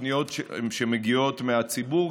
הפניות שמגיעות מהציבור,